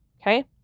Okay